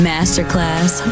Masterclass